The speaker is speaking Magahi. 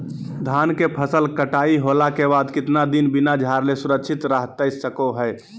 धान के फसल कटाई होला के बाद कितना दिन बिना झाड़ले सुरक्षित रहतई सको हय?